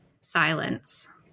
silence